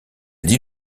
dit